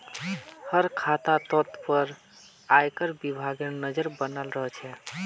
हर खातातोत पर आयकर विभागेर नज़र बनाल रह छे